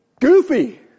goofy